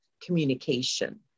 communication